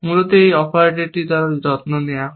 মূলত এই অপারেটর দ্বারা যত্ন নেওয়া হয়